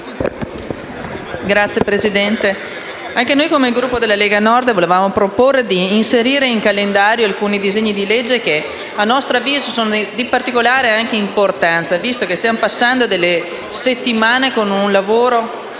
Signor Presidente, anche il Gruppo della Lega Nord propone di inserire in calendario alcuni disegni di legge che a nostro avviso sono di particolare importanza. Visto che stiamo passando delle settimane con un lavoro